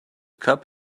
cup